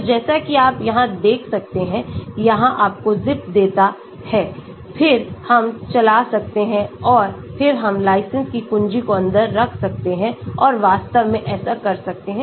तो जैसा कि आप यहां देख सकते हैं यह आपको zip देता है फिर हम चला सकते हैं और फिर हम लाइसेंस की कुंजी को अंदर रख सकते हैं और वास्तव में ऐसा कर सकते हैं